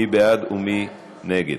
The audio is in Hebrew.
מי בעד ומי נגד?